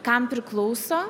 kam priklauso